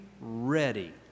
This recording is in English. ready